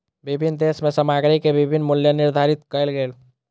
विभिन्न देश में सामग्री के विभिन्न मूल्य निर्धारित कएल गेल